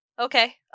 Okay